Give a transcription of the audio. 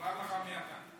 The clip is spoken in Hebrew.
אומר לך מי אתה.